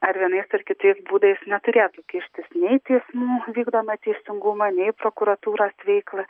ar vienais ir kitais būdais neturėtų kištis nei į teismų vykdomą teisingumą nei į prokuratūros veiklą